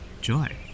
joy